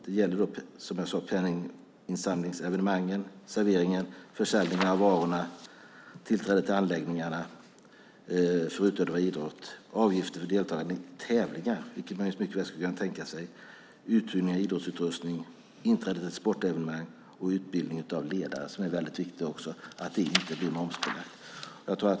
Det gäller penninginsamlingsevenemang, servering, försäljning av varor, tillträde till anläggningar för utövande av idrott, avgifter för deltagande i tävlingar, vilket man mycket väl skulle kunna tänka sig, uthyrning av idrottsutrustning, inträde till sportevenemang och utbildning av ledare, vilket är mycket viktigt att det inte blir momsbelagt.